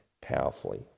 powerfully